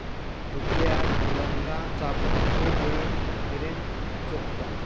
दुखल्यार लवंंगा चाबून खूब वेळ मेरेन चोखता